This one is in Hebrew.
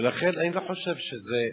לכן אני לא חושב שזה עניין,